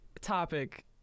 topic